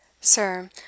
Sir